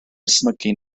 ysmygu